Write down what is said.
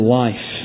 life